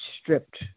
stripped